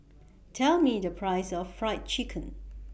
Tell Me The Price of Fried Chicken